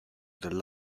del